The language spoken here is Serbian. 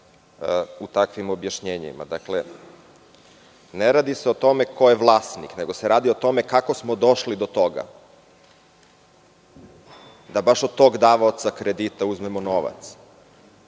u takvim objašnjenjima. Ne radi se o tome ko je vlasnik, nego se radi o tome kako smo došli do toga, da baš od tog davaoca kredita uzmemo novac.